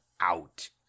out